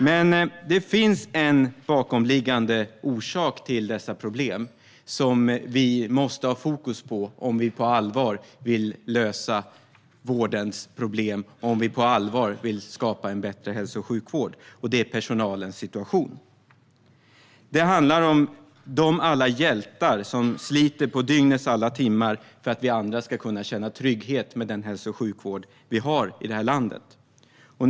Men det finns en bakomliggande orsak till dessa problem som vi måste ha fokus på om vi på allvar vill lösa vårdens problem och om vi på allvar vill skapa en bättre hälso och sjukvård, och det är personalens situation. Det handlar om alla de hjältar som sliter under dygnets alla timmar för att vi andra ska kunna känna trygghet med den hälso och sjukvård som vi har i det här landet.